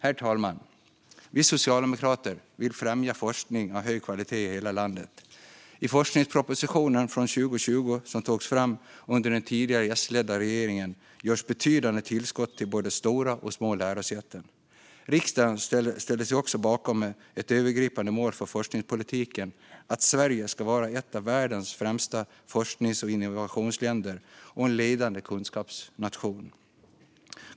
Herr talman! Vi socialdemokrater vill främja forskning av hög kvalitet i hela landet. I forskningspropositionen från 2020, som togs fram under den tidigare S-ledda regeringen, görs betydande tillskott till både stora och små lärosäten. Riksdagen ställde sig då bakom ett övergripande mål för forskningspolitiken, nämligen att Sverige ska vara ett av världens främsta forsknings och innovationsländer och en ledande kunskapsnation.